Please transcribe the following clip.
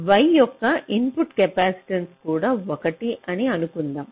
Y యొక్క input capacitance కూడా 1 అని అనుకుందాం